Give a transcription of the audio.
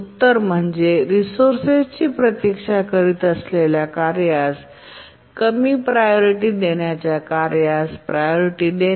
उत्तर म्हणजे रिसोर्सेस ची प्रतीक्षा करीत असलेल्या कार्यास कमी प्रायोरिटी देण्याच्या कार्यास प्रायोरिटी देणे